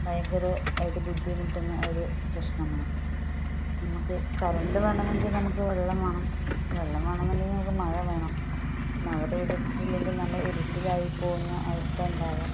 ഭയങ്കര ആയിട്ട് ബുദ്ധിമുട്ടുന്ന ഒരു പ്രശ്നമാണ് നമുക്ക് കരണ്ട് വേണമെങ്കിൽ നമുക്ക് വെള്ളം വേണം വെള്ളം വേണമെന്നുണ്ടെങ്കിൽ നമുക്ക് മഴ വേണം മഴ പെയ്തിട്ടില്ലെങ്കിൽ നമ്മൾ ഇരുട്ടിലായി പോകുന്ന അവസ്ഥയുണ്ടാവും